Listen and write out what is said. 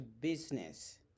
business